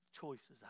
choices